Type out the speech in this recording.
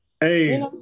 Hey